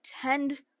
attend